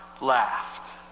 laughed